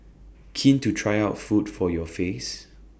keen to try out food for your face